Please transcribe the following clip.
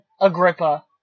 Agrippa